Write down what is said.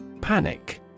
Panic